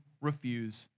refuse